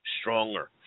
stronger